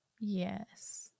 yes